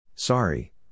Sorry